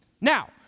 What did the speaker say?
Now